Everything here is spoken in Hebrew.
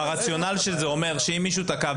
הרציונל של זה אומר שאם מישהו תקף,